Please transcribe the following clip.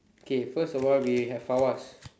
K first of all we have Fawaz